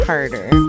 Harder